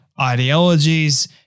ideologies